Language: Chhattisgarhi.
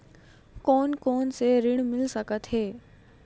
कोन कोन से ऋण मिल सकत हे?